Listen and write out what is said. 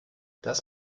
das